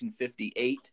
1958